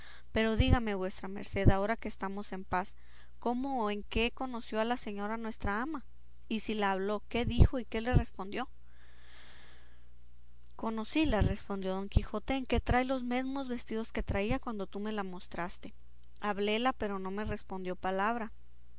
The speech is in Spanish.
pero dígame vuestra merced ahora que estamos en paz cómo o en qué conoció a la señora nuestra ama y si la habló qué dijo y qué le respondió conocíla respondió don quijote en que trae los mesmos vestidos que traía cuando tú me le mostraste habléla pero no me respondió palabra